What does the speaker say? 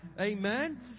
Amen